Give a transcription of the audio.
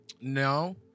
No